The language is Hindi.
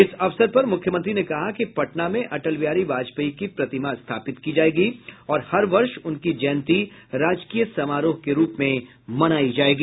इस अवसर पर मुख्यमंत्री ने कहा कि पटना में अटल बिहारी वाजपेयी की प्रतिमा स्थापित की जायेगी और हर वर्ष उनकी जयंती राजकीय समारोह के रूप में मनायी जायेगी